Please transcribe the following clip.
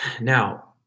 Now